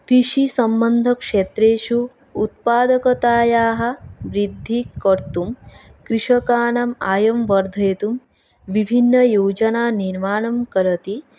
कृषिसम्बन्धक्षेत्रेषु उत्पादकतायाः बृद्धिं कर्तुं कृषकाणाम् आयं वर्धयितुं विभिन्नयोजनानिर्माणं करोति